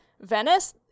Venice